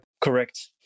Correct